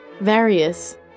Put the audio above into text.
Various